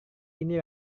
ini